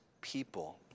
people